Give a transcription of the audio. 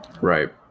right